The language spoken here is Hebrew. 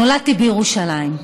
נולדתי בירושלים.